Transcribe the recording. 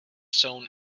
sown